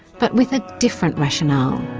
but with a different rationale.